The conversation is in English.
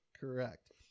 Correct